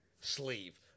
sleeve